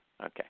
Okay